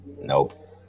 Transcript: Nope